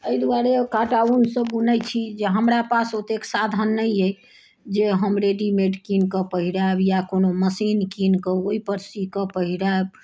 एहि दुआरे काँटा ऊनसँ बुनैत छी जे हमरा पास ओतेक साधन नहि अइ जे हम रेडीमेड किन कऽ पहिरायब या कोनो मशीन कीन कऽ ओहि पर सी कऽ पहिरायब